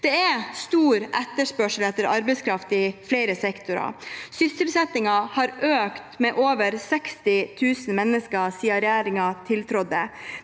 Det er stor etterspørsel etter arbeidskraft i flere sektorer. Sysselsettingen har økt med over 60 000 mennesker siden regjeringen tiltrådte